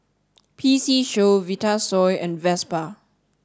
P C Show Vitasoy and Vespa